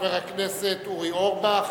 חבר הכנסת אורי אורבך,